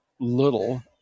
little